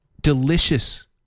Delicious